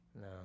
No